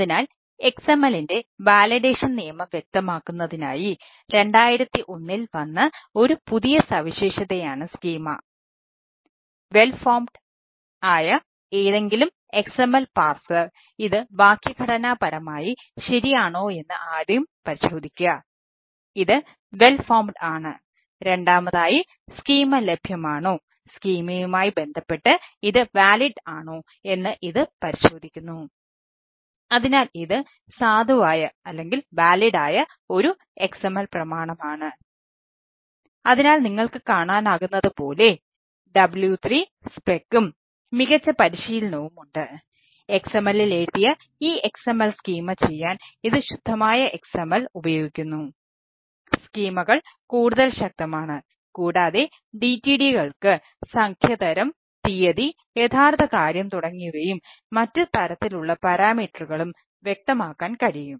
അതിനാൽ XML ന്റെ validation വ്യക്തമാക്കാൻ കഴിയും